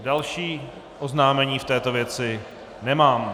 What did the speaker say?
Další oznámení v této věci nemám.